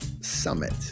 Summit